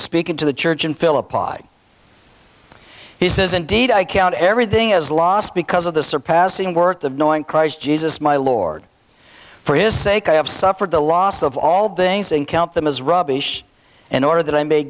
speak into the church and philip why he says indeed i count everything as lost because of the surpassing worth of knowing christ jesus my lord for his sake i have suffered the loss of all things and count them as rubbish in order that i may